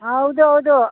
ಹಾಂ ಹೌದು ಹೌದು